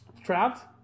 Trapped